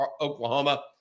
Oklahoma